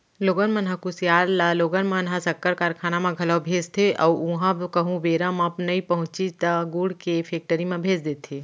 लोगन मन ह कुसियार ल लोगन मन ह सक्कर कारखाना म घलौ भेजथे अउ उहॉं कहूँ बेरा म नइ पहुँचिस त गुड़ के फेक्टरी म भेज देथे